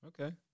okay